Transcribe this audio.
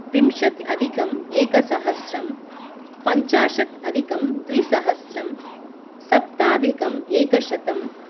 विंशत् अधिकम् एकसहस्रं पञ्चाशत् अधिकं द्विसहस्रं सप्ताधिकम् एकशतम्